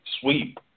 sweep